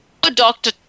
doctor